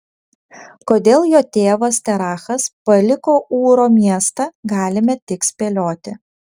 kodėl jo tėvas terachas paliko ūro miestą galime tik spėlioti